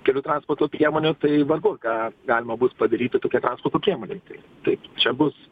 kelių transporto priemonių tai vargu ar ką galima bus padaryti tokia transporto priemonėm tai taip čia bus